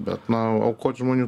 bet na aukot žmonių